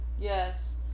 Yes